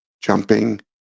jumping